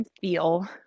feel